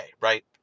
right